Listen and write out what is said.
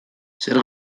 zer